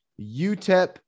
UTEP